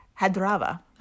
Hadrava